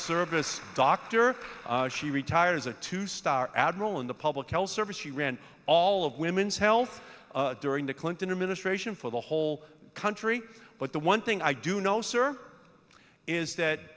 service doctor she retired as a two star admiral in the public health service she ran all of women's health during the clinton administration for the whole country but the one thing i do know sir is that